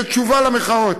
זו תשובה למחאות.